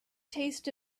taste